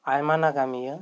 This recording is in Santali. ᱟᱭᱢᱟ ᱱᱟᱜᱟᱢᱤᱭᱟᱹ